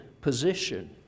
position